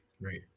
Right